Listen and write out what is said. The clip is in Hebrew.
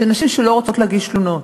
נשים שלא רוצות להגיש תלונות.